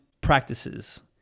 practices